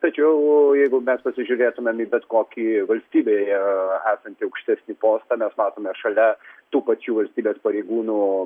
tačiau jeigu mes pasižiūrėtumėm į bet kokį valstybėje esantį aukštesnį postą mes matome šalia tų pačių valstybės pareigūnų